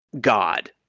God